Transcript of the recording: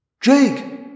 Jake